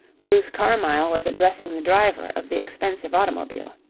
bruce carmyle was addressing the driver of the expensive automobile.